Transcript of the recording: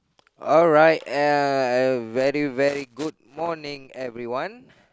alright uh a very very good morning everyone